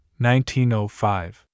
1905